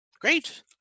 Great